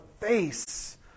face